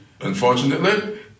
unfortunately